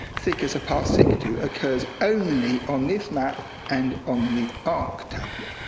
thick as a parsiktu, occurs only on this map and on the ark tablet.